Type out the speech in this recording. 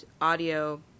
audio